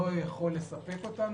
לא יכול לספק אותנו,